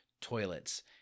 toilets